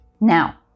Now